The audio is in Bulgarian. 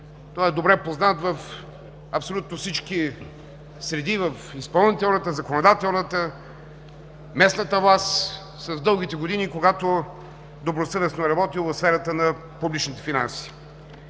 той е добре познат в абсолютно всички среди – в изпълнителната, законодателната, местната власт, с дългите години, когато добросъвестно е работил в сферата на публичните финанси.